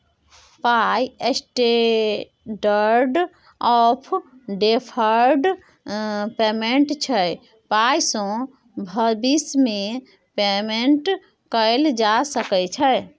पाइ standard of deferred payment छै पाइसँ भबिस मे पेमेंट कएल जा सकै छै